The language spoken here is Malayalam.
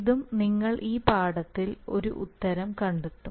ഇതും നിങ്ങൾ ഈ പാഠത്തിൽ ഒരു ഉത്തരം കണ്ടെത്തും